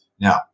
Now